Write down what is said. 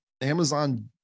Amazon